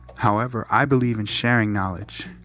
however, i believe in sharing knowledge.